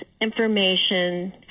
information